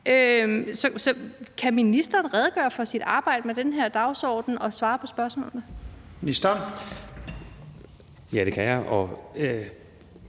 kan ministeren redegøre for sit arbejde med den her dagsorden og svare på spørgsmålene? Kl. 15:38 Første